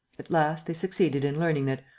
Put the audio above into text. at last, they succeeded in learning that,